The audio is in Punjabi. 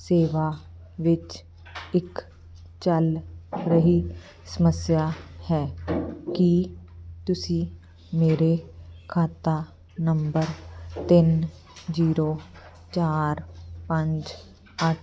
ਸੇਵਾ ਵਿੱਚ ਇੱਕ ਚੱਲ ਰਹੀ ਸਮੱਸਿਆ ਹੈ ਕੀ ਤੁਸੀਂ ਮੇਰੇ ਖਾਤਾ ਨੰਬਰ ਤਿੰਨ ਜੀਰੋ ਚਾਰ ਪੰਜ ਅੱਠ